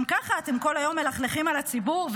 גם ככה אתם כל היום מלכלכים על הציבור,